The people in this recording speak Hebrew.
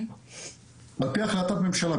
על פי החלטת ממשלה,